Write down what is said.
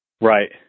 Right